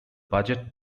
budget